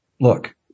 Look